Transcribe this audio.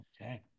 Okay